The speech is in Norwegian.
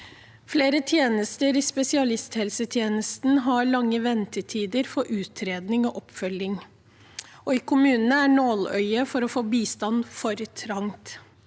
Flere tjenester i spesialisthelsetjenesten har lange ventetider for utredning og oppfølging, og i kommunene er nåløyet for å få bistand for trangt.